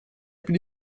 più